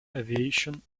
aviation